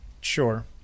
sure